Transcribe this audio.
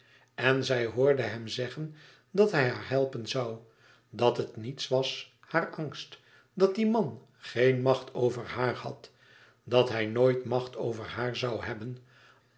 en zij hoorde hem zeggen dat hij haar helpen zoû dat het niets was haar angst dat die man geen macht over haar had dat hij nooit macht over haar zoû hebben